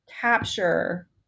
capture